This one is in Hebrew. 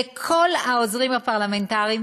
לכל העוזרים הפרלמנטריים.